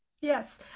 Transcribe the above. Yes